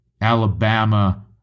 Alabama